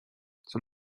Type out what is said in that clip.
zur